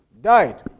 died